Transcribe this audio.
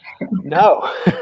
No